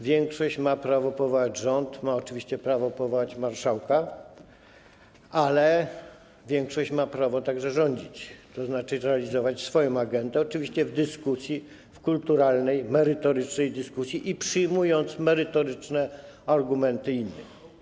Większość ma prawo powołać rząd, ma oczywiście prawo powołać marszałka, ale większość ma także prawo rządzić, tzn. realizować swoją agendę, oczywiście w dyskusji, w kulturalnej, merytorycznej dyskusji i przyjmując merytoryczne argumenty innych.